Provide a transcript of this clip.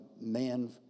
man